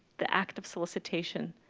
the act of solicitation,